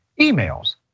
emails